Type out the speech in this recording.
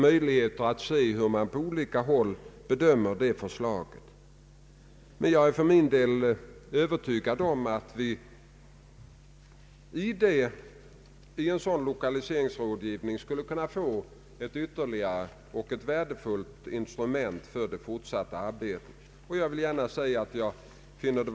Centerpartiet skulle nog ha anledning att ta sig en funderare över detta, eftersom man så starkt brukar deklarera att man har respekt för det regionala inflytandet och skall försöka utnyttja det.